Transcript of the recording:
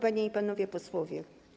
Panie i Panowie Posłowie!